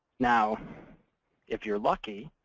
now if you're lucky,